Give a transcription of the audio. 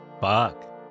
Fuck